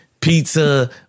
pizza